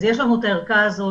אז יש לנו את הערכה הזאת,